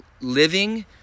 living